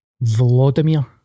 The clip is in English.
vladimir